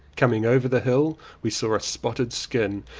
coming over the hill we saw a spotted skin.